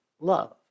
love